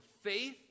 faith